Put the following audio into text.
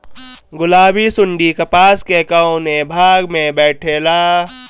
गुलाबी सुंडी कपास के कौने भाग में बैठे ला?